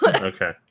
Okay